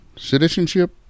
Citizenship